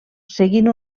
seguint